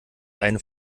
einen